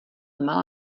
malá